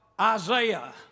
Isaiah